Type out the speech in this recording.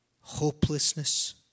hopelessness